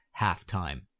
halftime